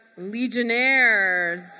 Legionnaires